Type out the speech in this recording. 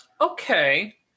Okay